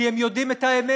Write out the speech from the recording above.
כי הם יודעים את האמת,